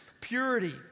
purity